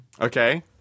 Okay